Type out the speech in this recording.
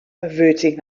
averting